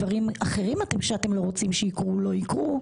רוצים שדברים אחרים יקרו או לא יקרו,